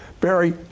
Barry